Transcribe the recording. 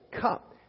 cup